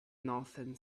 northern